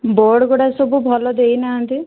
board ଗୁଡାକ ସବୁ ଭଲ ଦେଇନାହାନ୍ତି